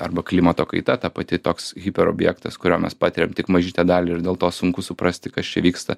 arba klimato kaita ta pati toks hiperobjektas kurio mes patiriame tik mažytę dalį ir dėl to sunku suprasti kas čia vyksta